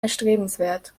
erstrebenswert